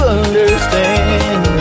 understand